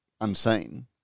unseen